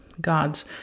God's